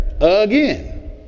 again